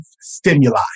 stimuli